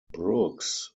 brooks